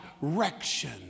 direction